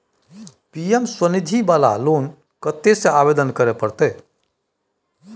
PM Svanidhi वाला loan कत्ते से आवेदन करे परतै?